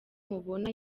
mubona